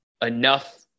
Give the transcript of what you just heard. enough